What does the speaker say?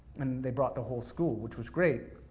and they brought the whole school, which was great.